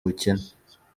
bukene